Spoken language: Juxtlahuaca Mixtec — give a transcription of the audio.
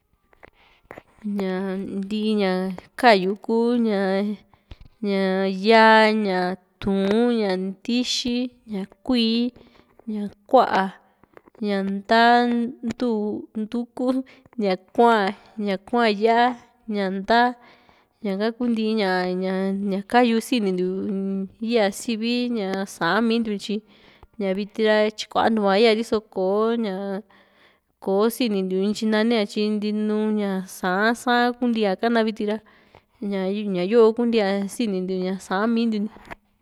ñaa ntii ña ka´yu ku ñaa yaa ña, ñá tuun, ña ndi´xi, ña kuií, ña ku´a, ña ndaa nduuku´n, ña kua´n, ña kua´n ya´a, ña ndaa, ñaka kunti ña ña ka´yu sinintiu yaa sivi ña Sa'an mii ntiu tyi ña viti ra kuantua íyari so kò´o ña ko sinintiu ntyi nania tyi ntinu ña Sa'an saán kuu ntiaa kana viti ra ña ñayo kuntia ña sinintiu ña Sa'an mii ntiu ni.